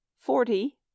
forty